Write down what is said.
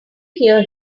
hear